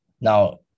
Now